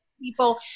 people